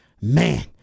man